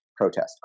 protest